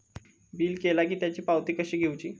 Bill केला की त्याची पावती कशी घेऊची?